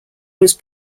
was